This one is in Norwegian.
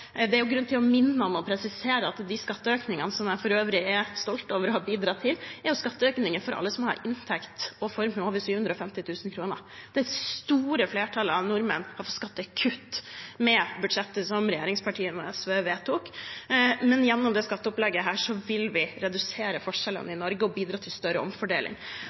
Det er grunn til å minne om og presisere at de skatteøkningene – som jeg for øvrig er stolt over å ha bidratt til – er skatteøkninger for alle som har inntekt og formue over 750 000 kr. Det store flertallet av nordmenn har fått skattekutt med budsjettet som regjeringspartiene og SV vedtok. Men gjennom dette skatteopplegget vil vi redusere forskjellene i Norge og bidra til større omfordeling.